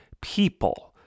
people